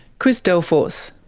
chris delforce.